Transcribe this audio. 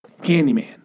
Candyman